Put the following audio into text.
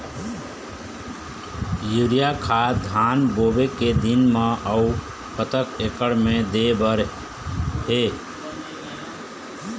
Urea खाद धान बोवे के दिन म अऊ कतक एकड़ मे दे बर हे?